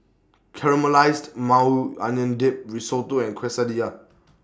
Caramelized Maui Onion Dip Risotto and Quesadillas